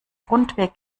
rundweg